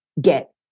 get